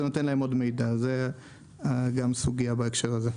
זה נותן להם עוד מידע וזו גם סוגיה בהקשר הזה.